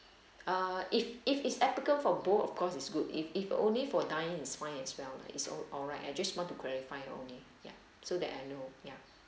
err if if it's applicable for both of course it's good if if only for dine in is fine as well lah is al~ alright I just want to clarify only ya so that I know ya